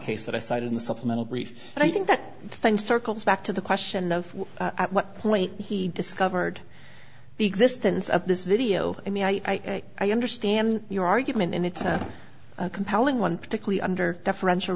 case that i cited in the supplemental brief and i think that thing circles back to the question of at what point he discovered the existence of this video i mean i i understand your argument and it's a compelling one particularly under deferential